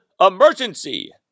emergency